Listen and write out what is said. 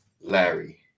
Larry